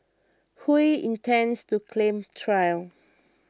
Hui intends to claim trial